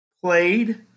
played